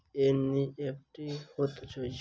NEFT की होइत अछि?